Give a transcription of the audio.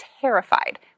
terrified